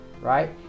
right